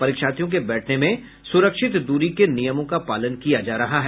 परीक्षार्थियों के बैठने में सुरक्षित दूरी के नियमों का पालन किया जा रहा है